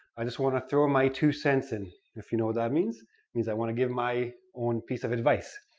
i just want to throw my two cents in. if you know what that means, it means i want to give my own piece of advice.